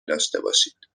داشتهباشید